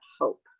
hope